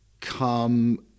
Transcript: come